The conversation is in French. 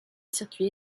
circuit